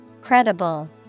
Credible